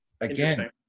Again